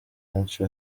benshi